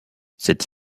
cette